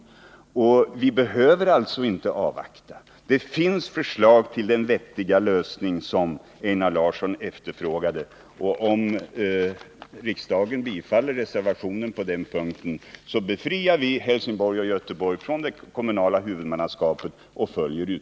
141 Vi behöver alltså inte avvakta — det finns förslag till den vettiga lösning som Einar Larsson efterfrågade. Om riksdagen bifaller reservationen på den punkten och alltså följer utredningens förslag befriar vi Helsingborg och Göteborg från det kommunala huvudmannaskapet.